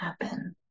happen